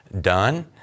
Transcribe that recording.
done